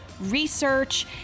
research